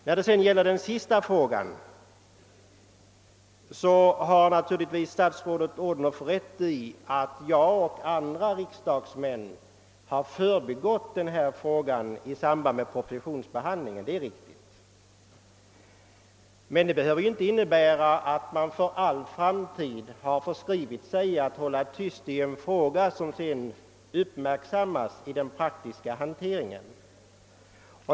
När det sedan gäller bostadsstödets utformning för blivande bostadsrättshavare har statsrådet Odhnoff naturligtvis rätt i att jag och andra riksdagsmän missade denna fråga i samband med propositionsbehandlingen. Det bör emellertid inte innebära, att vi för all framtid har lovat att hålla tyst i en fråga som alltmera uppmärksammas i den praktiska handläggningen.